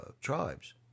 tribes